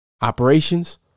Operations